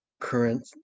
current